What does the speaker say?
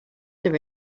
there